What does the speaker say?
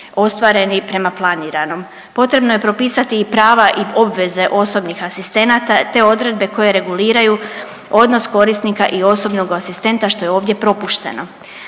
ostvareni prema planiranom. Potrebno je propisati i prava i obveze osobnih asistenata, te odredbe koje reguliraju odnos korisnika i osobnog asistenta što je ovdje propušteno.